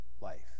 life